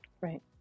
Right